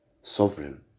sovereign